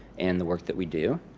and the work that we do.